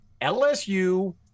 LSU